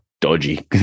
dodgy